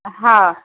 हा